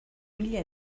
mila